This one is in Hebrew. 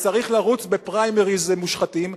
וצריך לרוץ בפריימריס מושחתים?